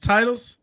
Titles